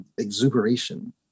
exuberation